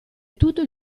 tutto